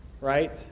Right